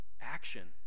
action